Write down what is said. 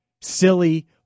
Silly